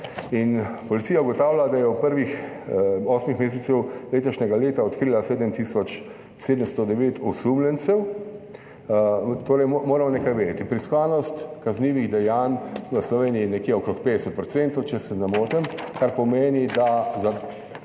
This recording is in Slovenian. In policija ugotavlja, da je v prvih osmih mesecih letošnjega leta odkrila 7 tisoč 709 osumljencev. Torej, moramo nekaj vedeti? Preiskanost kaznivih dejanj v Sloveniji nekje okrog 50 % če se ne motim, kar pomeni, da za